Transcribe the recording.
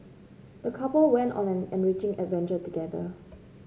the couple went on an enriching adventure together